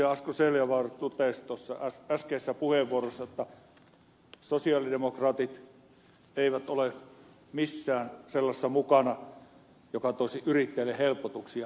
asko seljavaara totesi äskeisessä puheenvuorossaan että sosialidemokraatit eivät ole missään sellaisessa mukana joka toisi yrittäjälle helpotuksia